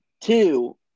Two